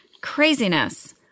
Craziness